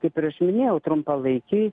kaip ir aš minėjau trumpalaikėj